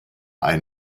ein